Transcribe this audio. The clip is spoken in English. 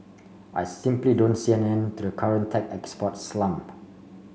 I simply don't see an end to the current tech export slump